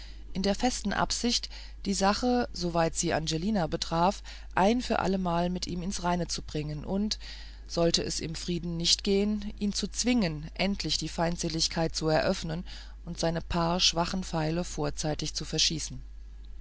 in der festen absicht die sache soweit sie angelina betraf ein für allemal mit ihm ins reine zu bringen und sollte es im frieden nicht gehen ihn zu zwingen endlich die feindseligkeiten zu eröffnen und seine paar schwachen pfeile vorzeitig zu verschießen